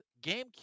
GameCube